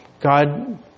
God